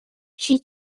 she